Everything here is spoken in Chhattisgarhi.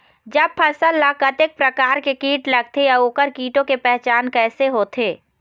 जब फसल ला कतेक प्रकार के कीट लगथे अऊ ओकर कीटों के पहचान कैसे होथे?